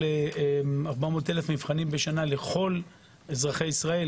ל-400,000 מבחנים בשנה לכל אזרחי ישראל,